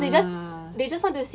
ah